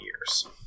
years